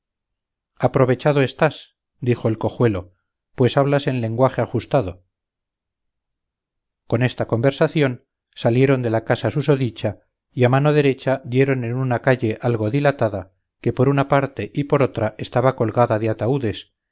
mundo aprovechado estás dijo el cojuelo pues hablas en lenguaje ajustado con esta conversación salieron de la casa susodicha y a mano derecha dieron en una calle algo dilatada que por una parte y por otra estaba colgada de ataúdes